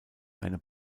eine